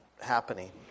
happening